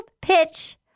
pitch